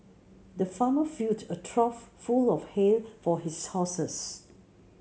the farmer filled a trough full of hay for his horses